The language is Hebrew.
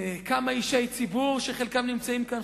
של כמה אישי ציבור שחלקם נמצאים כאן,